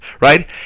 Right